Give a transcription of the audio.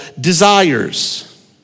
desires